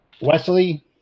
wesley